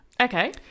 Okay